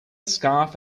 scarf